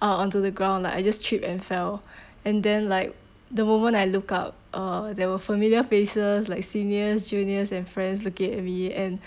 onto the ground like I just tripped and fell and then like the moment I looked up uh there were familiar faces like seniors juniors and friends looking at me and